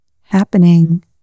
happening